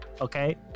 okay